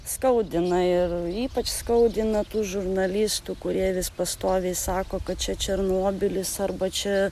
skaudina ir ypač skaudina tų žurnalistų kurie vis pastoviai sako kad čia černobylis arba čia